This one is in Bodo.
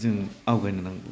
जों आवगायनो नांगौ